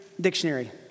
dictionary